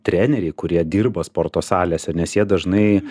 treneriai kurie dirba sporto salėse nes jie dažnai